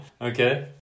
okay